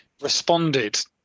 responded